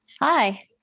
Hi